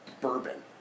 bourbon